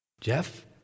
Jeff